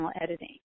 editing